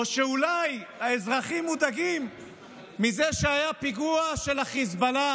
או שאולי האזרחים מודאגים מזה שהיה פיגוע של החיזבאללה